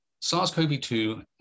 SARS-CoV-2